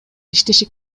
иштеши